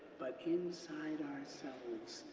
but inside ourselves,